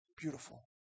beautiful